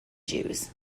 jews